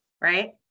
Right